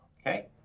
Okay